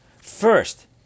first